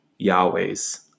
Yahwehs